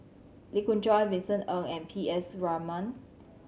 Lee Khoon Choy Vincent Ng and P S Raman